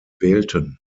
wählten